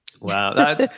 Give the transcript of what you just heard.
Wow